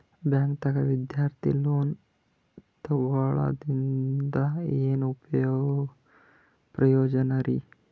ಬ್ಯಾಂಕ್ದಾಗ ವಿದ್ಯಾರ್ಥಿ ಲೋನ್ ತೊಗೊಳದ್ರಿಂದ ಏನ್ ಪ್ರಯೋಜನ ರಿ?